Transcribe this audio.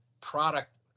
product